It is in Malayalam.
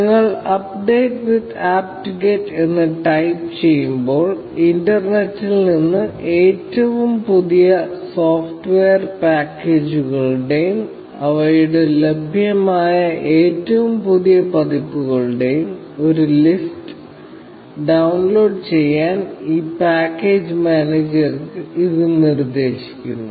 നിങ്ങൾ അപ്ഡേറ്റ് വിത്ത് apt get എന്ന് ടൈപ്പ് ചെയ്യുമ്പോൾ ഇന്റർനെറ്റിൽ നിന്ന് ഏറ്റവും പുതിയ സോഫ്റ്റ്വെയർ പാക്കേജുകളുടെയും അവയുടെ ലഭ്യമായ ഏറ്റവും പുതിയ പതിപ്പുകളുടെയും ഒരു ലിസ്റ്റ് ഡൌൺലോഡ് ചെയ്യാൻ ഈ പാക്കേജ് മാനേജർക്ക് ഇത് നിർദ്ദേശിക്കുന്നു